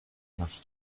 nas